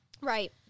Right